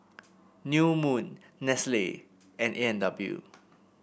New Moon Nestle and A and W